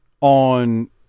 on